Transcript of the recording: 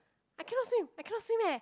I cannot swim I cannot swim eh